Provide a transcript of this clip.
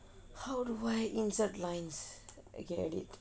how do I insert lines okay edit